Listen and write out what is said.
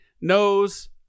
knows